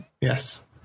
yes